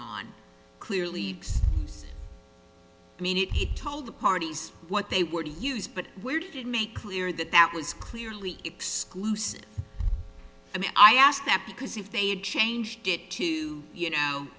on clearly mean it told the parties what they were to use but where did make clear that that was clearly exclusive i mean i asked that because if they had changed it to you know